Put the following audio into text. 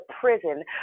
prison